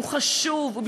היא חשובה,